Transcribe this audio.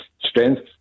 strength